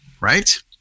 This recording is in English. right